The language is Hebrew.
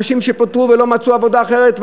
אנשים שפוטרו ולא מצאו עבודה אחרת,